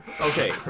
okay